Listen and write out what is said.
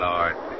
Lord